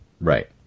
right